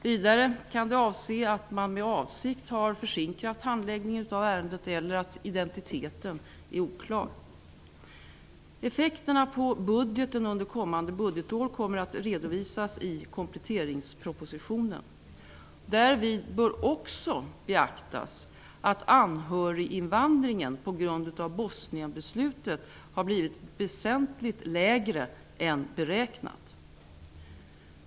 Vidare kan det avse att den sökande med avsikt har försinkat handläggningen av ärendet eller att identiteten är oklar. Effekterna på budgeten under kommande budgetår kommer att redovisas i kompletteringspropositionen. Därvid bör också beaktas att anhöriginvandringen på grund av Bosnienbeslutet har blivit väsentligt mindre än beräknat.